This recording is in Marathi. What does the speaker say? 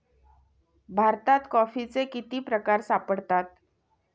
भारतात कॉफीचे किती प्रकार सापडतात?